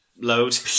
load